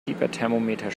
fieberthermometer